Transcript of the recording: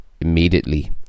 immediately